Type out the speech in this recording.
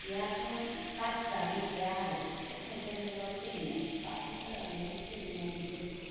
बेहा खुनु बासि जानाय गैया आरो सब मैगंजोंबाबो सोलिनाय बाथोन फाजाजोंबाबो सोलिनाय बिदि